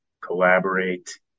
collaborate